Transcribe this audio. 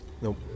Nope